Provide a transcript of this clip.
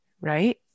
right